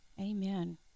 Amen